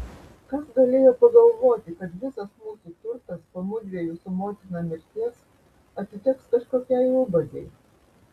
kas galėjo pagalvoti kad visas mūsų turtas po mudviejų su motina mirties atiteks kažkokiai ubagei